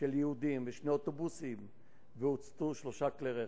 של יהודים ושני אוטובוסים והוצתו שלושה כלי רכב.